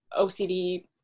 OCD